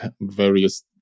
various